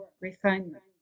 refinement